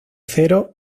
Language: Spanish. zero